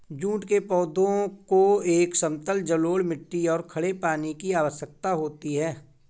jute के पौधे को एक समतल जलोढ़ मिट्टी और खड़े पानी की आवश्यकता होती है